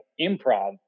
improv